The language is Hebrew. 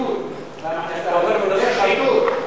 לרשותך שתי דקות.